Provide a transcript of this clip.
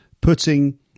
putting